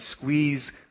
squeeze